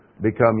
become